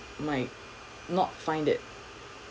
might not find that